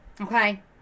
okay